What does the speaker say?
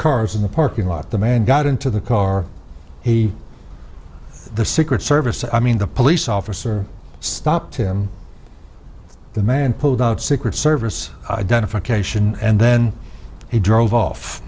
cars in the parking lot the man got into the car he the secret service i mean the police officer stopped him the man pulled out secret service identification and then he drove off